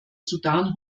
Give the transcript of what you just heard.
sudan